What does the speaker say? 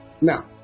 Now